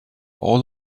all